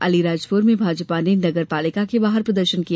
अलीराजपुर में भाजपा ने नगर पालिका के बाहर प्रदर्शन किया